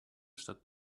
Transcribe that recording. stadt